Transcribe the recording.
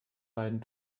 beiden